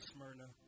Smyrna